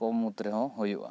ᱠᱚ ᱢᱩᱫᱽ ᱨᱮᱦᱚᱸ ᱡᱩᱭᱩᱜᱼᱟ